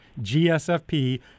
GSFP